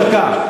עוד דקה.